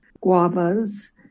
guavas